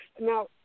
Now